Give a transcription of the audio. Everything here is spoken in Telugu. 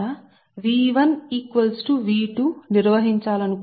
అప్పుడు నేను ఫంక్షన్ పరంగా in terms of v1 v2 P మరియు Q చేసి Qc ని తెలుసుకోవాలనుకుంటున్నాను